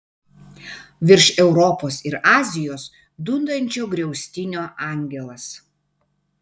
virš europos ir azijos dundančio griaustinio angelas